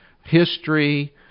history